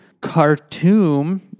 Khartoum